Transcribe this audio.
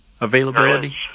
availability